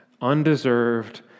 undeserved